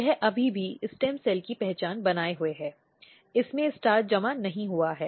यह अभी भी स्टेम सेल की पहचान बनाए हुए है इसमें स्टार्च जमा नहीं हुआ है